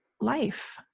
life